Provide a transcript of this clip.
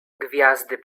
gwiazdy